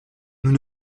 nous